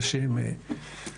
על שם פרחים,